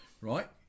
right